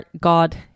God